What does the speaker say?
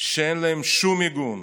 שאין להם שום מיגון.